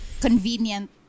convenient